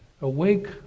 Awake